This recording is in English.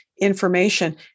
information